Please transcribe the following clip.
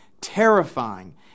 Terrifying